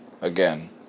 Again